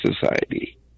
society